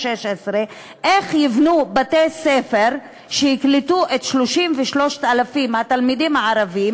איך יבנו בתי-ספר שיקלטו את 33,000 התלמידים הערבים,